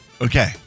Okay